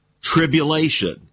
tribulation